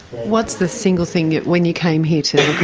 what's the single thing that when you came here to